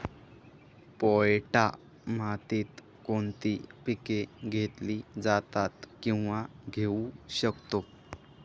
पोयटा मातीत कोणती पिके घेतली जातात, किंवा घेऊ शकतो?